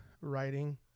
writing